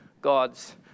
God's